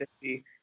City